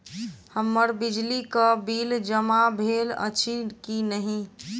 हम्मर बिजली कऽ बिल जमा भेल अछि की नहि?